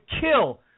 kill